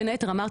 בן היתר אמרתי,